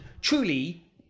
truly